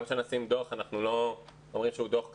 גם כשנשים דוח אנחנו לא אומרים שהוא דוח קדוש.